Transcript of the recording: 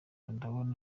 ndabona